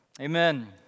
Amen